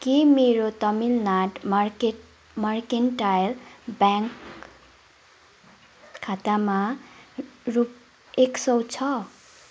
के मेरो तमिलनाड मार्के मर्केन्टाइल ब्याङ्क खातामा रु एक सौ छ